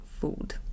food